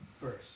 first